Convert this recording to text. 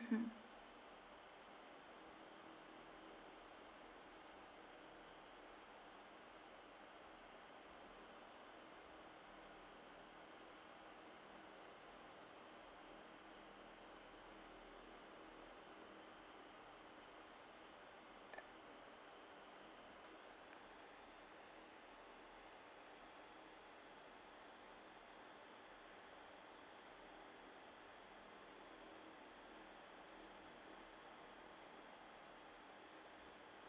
mmhmm